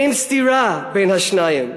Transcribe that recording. אין סתירה בין השניים.